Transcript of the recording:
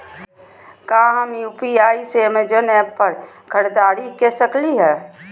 का हम यू.पी.आई से अमेजन ऐप पर खरीदारी के सकली हई?